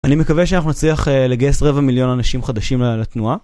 אני מקווה שאנחנו נצליח לגייס רבע מיליון אנשים חדשים לתנועה.